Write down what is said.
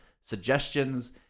suggestions